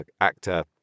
actor